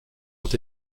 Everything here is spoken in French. ont